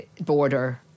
border